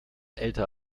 älter